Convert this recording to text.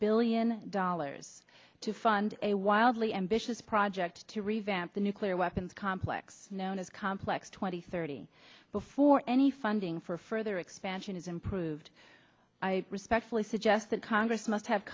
billion dollars to fund a wildly ambitious project to revamp the nuclear weapons complex known as complex twenty thirty before any funding for further expansion is improved i respectfully suggest that congress must have